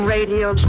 Radio